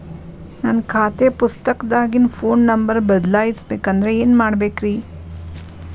ನನ್ನ ಖಾತೆ ಪುಸ್ತಕದಾಗಿನ ಫೋನ್ ನಂಬರ್ ಬದಲಾಯಿಸ ಬೇಕಂದ್ರ ಏನ್ ಮಾಡ ಬೇಕ್ರಿ?